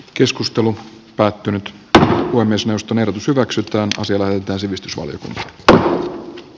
keskustelu päättynyt kaakkoinen suostuneet hyväksytään sosiaali ja sivistysvaliokunta p